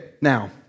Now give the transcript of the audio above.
now